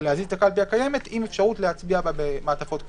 להזיז את הקלפי הקיימת עם אפשרות להצביע בה עם מעטפות כפולות.